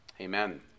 Amen